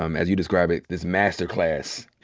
um as you describe it, this master class.